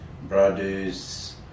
Brothers